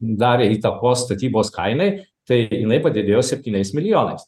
darė įtakos statybos kainai tai jinai padidėjo septyniais milijonais